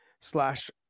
slash